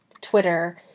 Twitter